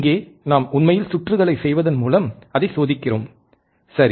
இங்கே நாம் உண்மையில் சுற்றுகளைச் செய்வதன் மூலம் அதைச் சோதிக்கிறோம் சரி